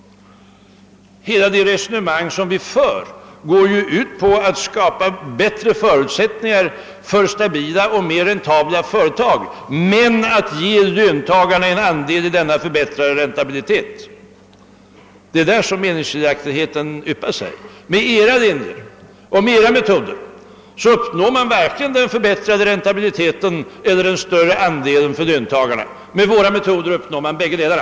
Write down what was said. Hela det resonemang vi för går ju ut på att skapa bättre förutsättningar för stabila och mera räntabla företag men att också ge löntagarna en andel i denna förbättrade räntabilitet. Det är på den punkten meningsskiljaktigheterna yppar sig. Följer man er linje och använder era metoder uppnår man varken den förbättrade räntabiliteten eller den större andelen för löntagarna. Med våra metoder uppnår man bäggedera.